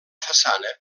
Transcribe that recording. façana